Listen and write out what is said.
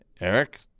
Eric